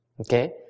Okay